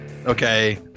Okay